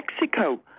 Mexico